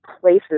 places